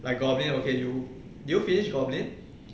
like goblin okay you did you finished goblin